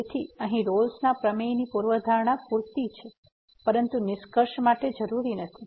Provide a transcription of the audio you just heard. તેથી અહીં રોલ્સRolle's ના પ્રમેયની પૂર્વધારણા પૂરતી છે પરંતુ નિષ્કર્ષ માટે જરૂરી નથી